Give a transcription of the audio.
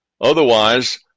Otherwise